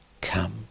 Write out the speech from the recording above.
come